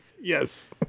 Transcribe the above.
Yes